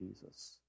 Jesus